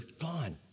Gone